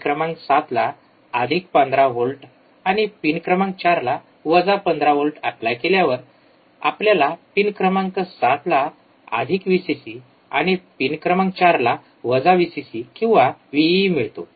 pin क्रमांक 7ला अधिक १५ व्होल्ट आणि पिन क्रमांक 4ला वजा १५ व्होल्ट एप्लाय केल्यावर आपल्याला पिन क्रमांक ७ ला व्हीसीसी Vcc आणि पिन क्रमांक ४ ला व्हीसीसी किंवा व्हीइइ मिळतो